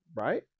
right